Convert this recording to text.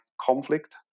conflict